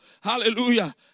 Hallelujah